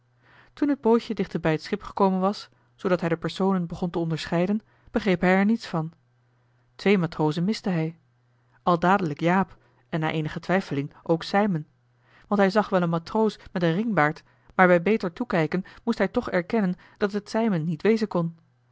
toen het bootje dichter bij het schip gekomen was zoodat hij de personen begon te onderscheiden begreep hij er niets van twee matrozen miste hij al dadelijk jaap en na eenige twijfeling ook sijmen want hij zag wel een matroos met een ringbaard maar bij beter toekijken moest hij toch erkennen dat het sijmen niet wezen kon